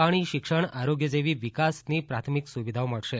પાણી શિક્ષણ આરોગ્ય જેવી વિકાસ પ્રાથમિક સુવિધાઓ મળશે